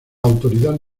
autoridad